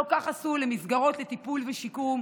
לא כך עשו למסגרות לטיפול ושיקום,